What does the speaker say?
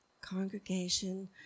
congregation